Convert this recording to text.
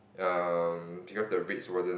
um because the rates wasn't